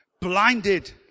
Blinded